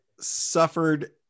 suffered